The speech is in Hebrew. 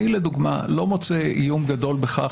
אני לדוגמה לא מוצא איום גדול בכך